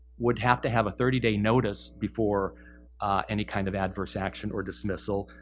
would have to have a thirty day notice before any kind of adverse action or dismissal,